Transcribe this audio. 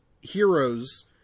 heroes